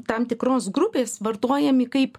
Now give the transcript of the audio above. tam tikros grupės vartojami kaip